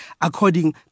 according